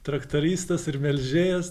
traktoristas ir melžėjas